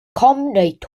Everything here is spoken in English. tournament